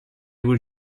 were